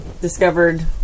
discovered